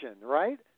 right